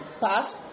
pass